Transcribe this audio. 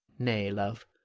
nay, love.